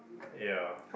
ya